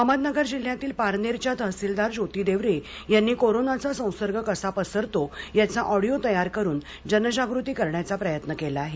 अहमदनगर जिल्ह्यातील पारनेरच्या तहसीलदार ज्योती देवरे यांनी कोरोनाचा संसर्ग कसा पसरतो याचा ऑडिओ तयार करून जनजागृती करण्याचा प्रयत्न केला आहे